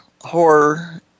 horror